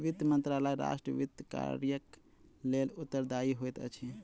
वित्त मंत्रालय राष्ट्र वित्त कार्यक लेल उत्तरदायी होइत अछि